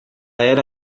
era